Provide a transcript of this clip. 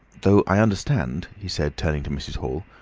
though, i understand, he said turning to mrs. hall,